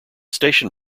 station